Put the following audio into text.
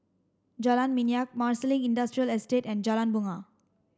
Jalan Minyak Marsiling Industrial Estate and Jalan Bungar